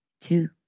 two